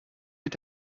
mit